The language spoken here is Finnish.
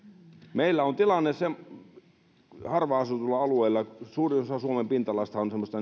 meillä on se tilanne harvaan asutulla alueella suurin osa suomen pinta alastahan on semmoista